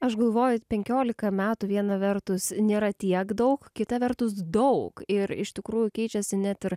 aš galvoju penkiolika metų viena vertus nėra tiek daug kita vertus daug ir iš tikrųjų keičiasi net ir